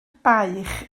baich